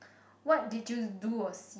what did you do or see